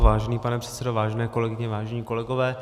Vážený pane předsedo, vážené kolegyně, vážení kolegové.